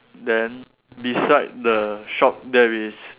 then beside the shop there is